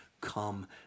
come